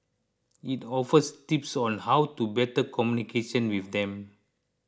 it offers tips on how to better communication with them